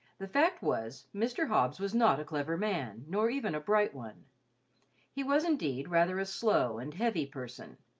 the fact was mr. hobbs was not a clever man nor even a bright one he was, indeed, rather a slow and heavy person,